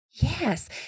Yes